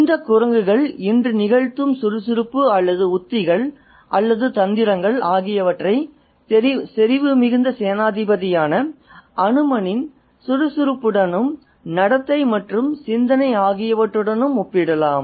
இந்த குரங்குகள் இன்று நிகழ்த்தும் சுறுசுறுப்பு அல்லது உத்திகள் அல்லது தந்திரங்கள் ஆகியவற்றை செறிவு மிகுந்த சேனாதிபதியான அனுமனின் சுறுசுறுப்புடனும் நடத்தை மற்றும் சிந்தனை ஆகியவற்றுடனும் ஒப்பிடலாம்